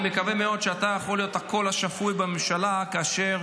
אני מקווה מאוד שאתה יכול להיות הקול השפוי בממשלה כאשר